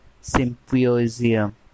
Symposium